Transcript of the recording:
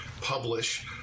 publish